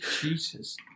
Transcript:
Jesus